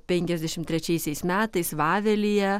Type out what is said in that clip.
penkiasdešim trečiaisiais metais vavelyje